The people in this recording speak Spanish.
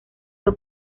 fue